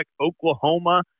Oklahoma